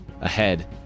ahead